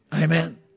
Amen